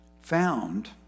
found